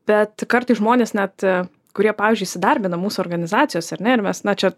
bet kartais žmonės net kurie pavyzdžiui įsidarbina mūsų organizacijos ar ne ir mes na čia